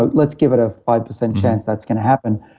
but let's give it a five percent chance that's going to happen,